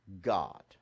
god